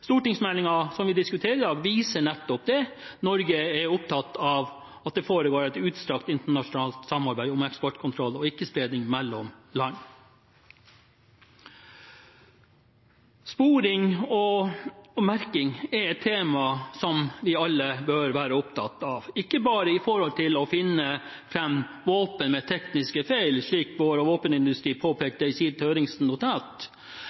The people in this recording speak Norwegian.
vi diskuterer i dag, viser nettopp det. Norge er opptatt av at det foregår et utstrakt internasjonalt samarbeid om eksportkontroll og ikke-spredning mellom land. Sporing og merking er et tema som vi alle bør være opptatt av, og ikke bare for å finne våpen med tekniske feil, slik